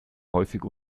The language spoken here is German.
häufig